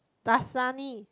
Dasani